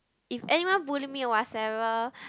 if anyone bully me or whatever